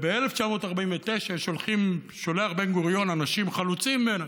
ב-1949 שולח בן-גוריון אנשים חלוצים הנה,